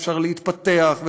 ואפשר להתפתח,